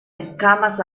escamas